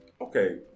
okay